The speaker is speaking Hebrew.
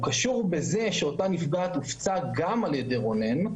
הוא קשור בזה שאותה נפגעת הופצה גם על ידי רונן,